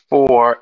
Four